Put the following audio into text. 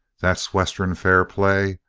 that's western fair play!